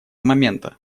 момента